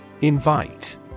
Invite